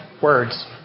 words